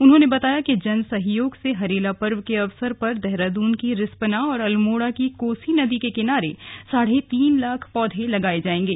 उन्होंने बताया कि जन सहयोग से हरेला पर्व के अवसर पर देहरादून की रिस्पना और अल्मोड़ा की कोसी नदी के किनारे साढ़े तीन लाख पौधे लगाये जायेंगे